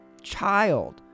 child